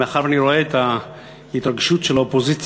מאחר שאני רואה את ההתרגשות של האופוזיציה,